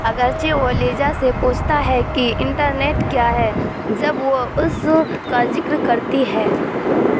اگرچہ وہ لیجا سے پوچھتا ہے کی انٹرنیٹ کیا ہے جب وہ اس کا ذکر کرتی ہے